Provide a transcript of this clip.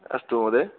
अस्तु महोदय्